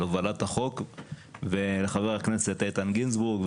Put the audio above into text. הובלת החוק ולחבר הכנסת איתן גינזבורג,